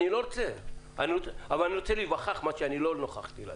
אבל אני רוצה להיווכח מה שלא נוכחתי לדעת.